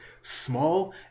small